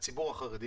בציבור החרדי